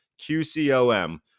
QCOM